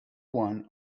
one